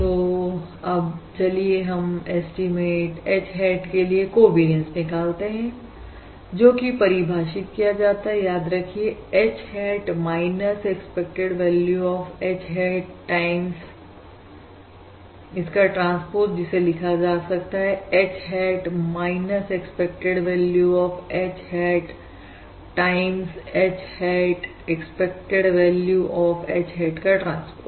तो अब चलिए हम एस्टीमेट Hhat के लिए कोवेरियनस निकालते हैं जोकि परिभाषित किया जाता है याद रखिए H hat expected value of H hat times इसका ट्रांसपोज जिसे लिखा जा सकता है H hat expected value of H hat times time H hat expected value of H hat का ट्रांसपोज